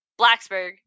Blacksburg